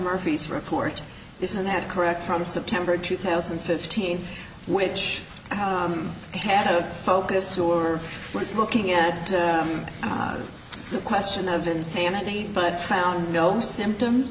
murphy's report isn't that correct from september two thousand and fifteen which has a focus or was looking at the question of insanity but found no symptoms